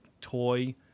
toy